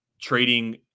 trading